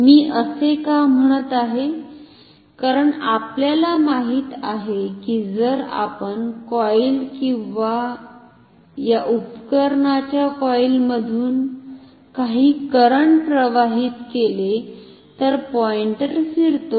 मी असे का म्हणत आहे कारण आपल्याला माहिती आहे की जर आपण कॉईल किंवा या उपकरणांच्या कॉईलमधून काही करंट प्रवाहित केले तर पॉईंटर फिरतो